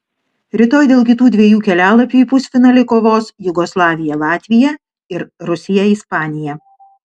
rytoj dėl kitų dviejų kelialapių į pusfinalį kovos jugoslavija latvija ir rusija ispanija